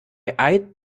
eyed